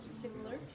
Similar